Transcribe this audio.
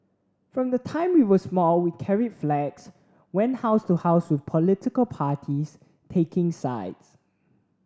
from the time we were small we carried flags went house to house with political parties taking sides